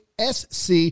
SC